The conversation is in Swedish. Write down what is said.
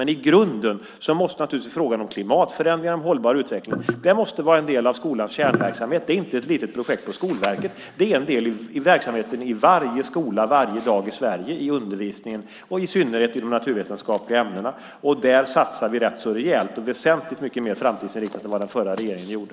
Men i grunden måste naturligtvis frågan om klimatförändringar och hållbar utveckling vara en del av skolans kärnverksamhet. Det är inte ett litet projekt på Skolverket, utan det är en del i verksamheten i varje skola varje dag i Sverige, i undervisningen och i synnerhet i de naturvetenskapliga ämnena. Där satsar vi rätt så rejält, och väsentligt mycket mer framtidsinriktat än vad den förra regeringen gjorde.